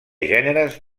gèneres